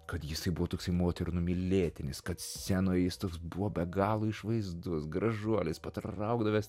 kad jisai buvo toks moterų numylėtinis kad scenoj jis toks buvo be galo išvaizdus gražuolis patraukdavęs